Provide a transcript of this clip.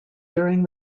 during